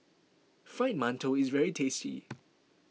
Fried Mantou is very tasty